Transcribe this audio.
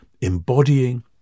embodying